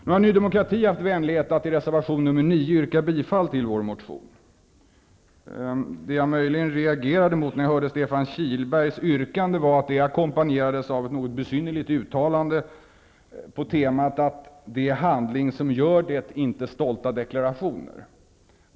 Nu har Ny demokrati haft vänligheten att i reservation nr 9 yrka bifall till vår motion. Det jag möjligen reagerade emot när jag hörde Stefan Kihlbergs yrkande var att det ackompanjerades av ett något besynnerligt uttalande på temat att det är handling som gör det, inte stolta deklarationer.